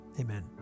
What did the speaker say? Amen